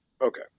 Okay